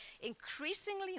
increasingly